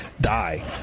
die